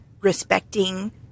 respecting